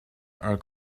are